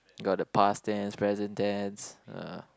got the past tense present tense uh